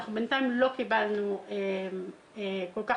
בינתיים לא קיבלנו תלונות.